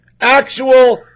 Actual